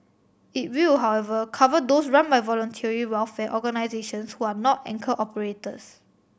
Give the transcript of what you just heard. it will however cover those run by voluntary welfare organisations who are not anchor operator